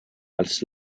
als